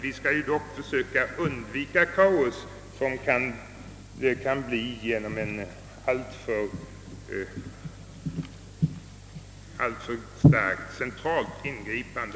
Vi skall dock försöka undvika det kaos som kan uppstå genom ett alltför starkt centralt ingripande.